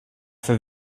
för